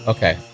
Okay